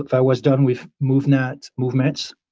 ah i was done with movnat movements